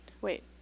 wait